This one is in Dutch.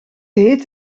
heet